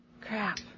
Crap